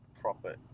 proper